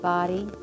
Body